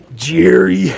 Jerry